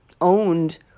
owned